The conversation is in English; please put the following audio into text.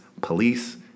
police